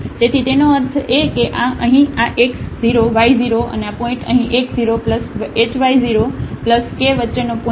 તેથી તેનો અર્થ એ કે આ અહીં આ x 0 y 0 અને આ પોઇન્ટ અહીં x 0 h y 0 K વચ્ચેનો પોઇન્ટ છે